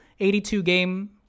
82-game